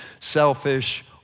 selfish